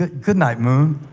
ah goodnight moon.